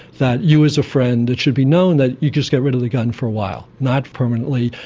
that you as a friend, it should be known that you just get rid of the gun for a while, not permanently.